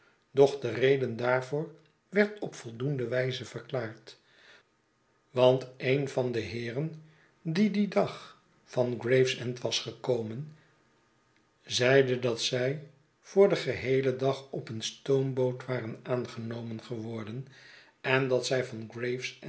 de reden daarvoor werd op voldoende wijze verklaard want een van de heeren die dien dag van gravesend was gekomen zeide dat zij voor den geheelen dag op een stoomboot waren aangenomen geworden en dat zij van